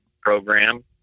program